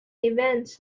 events